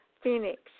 Phoenix